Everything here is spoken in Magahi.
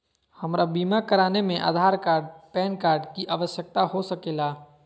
हमरा बीमा कराने में आधार कार्ड पैन कार्ड की आवश्यकता हो सके ला?